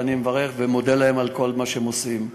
אני מברך, ומודה להם על כל מה שהם עושים.